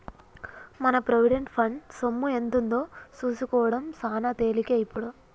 మన provident fund సొమ్ము ఎంతుందో సూసుకోడం సాన తేలికే ఇప్పుడు